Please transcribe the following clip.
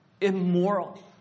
Immoral